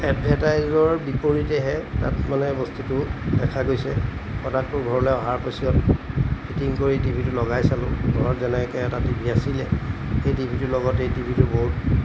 এডভাৰটাইজৰ বিপৰীতেহে তাত মানে বস্তুটো দেখা গৈছে প্ৰডাক্টটো ঘৰলৈ অহাৰ পিছত ফিটিং কৰি টিভি টো লগাই চালোঁ ঘৰত যেনেকৈ এটা টিভি আছিলে সেই টিভি টোৰ লগত এই টিভি টো বহুত